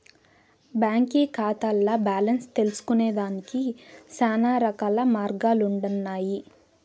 బాంకీ కాతాల్ల బాలెన్స్ తెల్సుకొనేదానికి శానారకాల మార్గాలుండన్నాయి